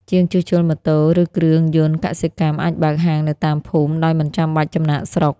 ជាងជួសជុលម៉ូតូ ឬគ្រឿងយន្តកសិកម្ម អាចបើកហាងនៅតាមភូមិដោយមិនបាច់ចំណាកស្រុក។